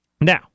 Now